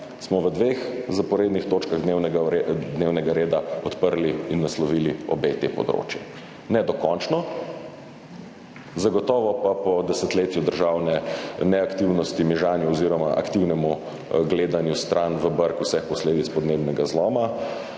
smo v dveh zaporednih točkah dnevnega reda podprli in naslovili obe ti področji. Ne dokončno, zagotovo pa po desetletju državne neaktivnosti, mižanja oziroma aktivnem gledanju stran, v brk vseh posledic podnebnega zloma,